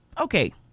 okay